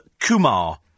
Kumar